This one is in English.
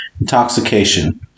Intoxication